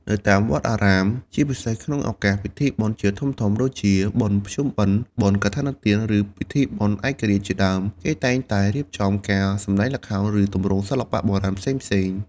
នៅតាមវត្តអារាម ជាពិសេសក្នុងឱកាសពិធីបុណ្យជាតិធំៗ ដូចជា បុណ្យភ្ជុំបិណ្ឌ បុណ្យកឋិនទាន ឬពិធីបុណ្យឯករាជ្យជាដើម គេតែងតែរៀបចំការសម្ដែងល្ខោន ឬទម្រង់សិល្បៈបុរាណផ្សេងៗ។